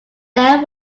their